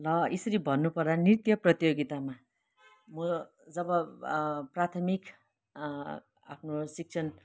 ल यसरी भन्नुपर्दा नृत्य प्रतियोगितामा म जब प्राथमिक आफ्नो शिक्षण